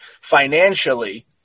financially